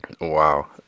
Wow